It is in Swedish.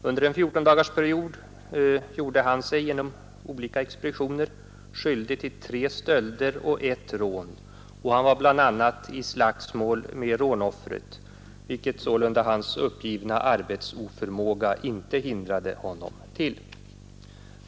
Under en fjortondagarsperiod gjorde han sig då genom olika expeditioner skyldig till tre stölder och ett rån och var bl.a. i slagsmål med rånoffret, vilket sålunda hans uppgivna arbetsoförmåga inte hindrade honom från.